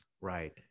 Right